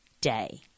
day